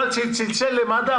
צלצל למד"א,